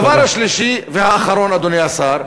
הדבר השלישי והאחרון, אדוני השר,